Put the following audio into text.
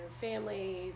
family